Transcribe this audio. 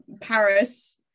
Paris